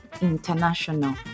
international